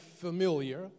familiar